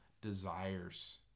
desires